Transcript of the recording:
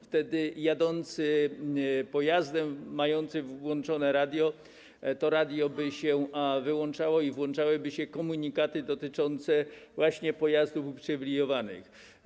Wtedy w jadącym pojeździe, mającym włączone radio, to radio by się wyłączało i włączałyby się komunikaty dotyczące właśnie pojazdów uprzywilejowanych.